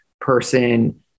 person